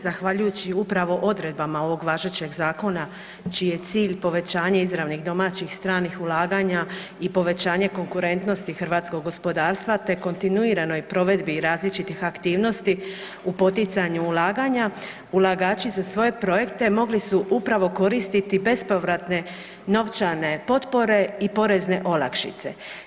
Zahvaljujući upravo odredbama ovog važećeg zakona čiji je cilj povećanje izravnih domaćih i stranih ulaganja i povećanje konkurentnosti hrvatskog gospodarstva te kontinuiranoj provedbi i različitih aktivnosti u poticaju ulaganja, ulagači za svoje projekte mogli su upravo koristiti bespovratne novčane potpore i porezne olakšice.